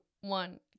one